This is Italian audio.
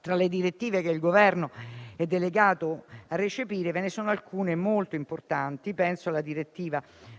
tra le direttive che il Governo è delegato a recepire, ve ne sono alcune molto importanti: dalla direttiva 2018/1808